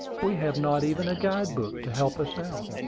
we have not even a guide-book to help us out.